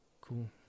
Cool